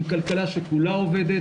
עם כלכלה שכולה עובדת